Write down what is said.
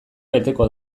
beteko